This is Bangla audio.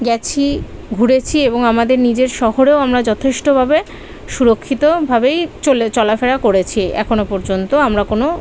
গিয়েছি ঘুরেছি এবং আমাদের নিজের শহরেও আমরা যথেষ্টভাবে সুরক্ষিতভাবেই চলে চলাফেরা করেছি এখনও পর্যন্ত আমরা কোনো